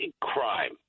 Crime